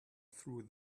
through